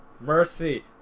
Mercy